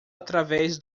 através